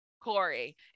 Corey